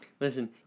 Listen